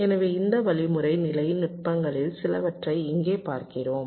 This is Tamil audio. எனவே இந்த வழிமுறை நிலை நுட்பங்களில் சிலவற்றை இங்கே பார்க்கிறோம்